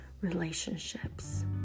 relationships